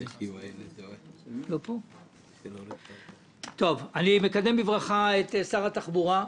אני מקדם בברכה את שר התחבורה,